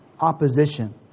opposition